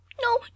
no